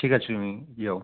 ঠিক আছে তুমি যাও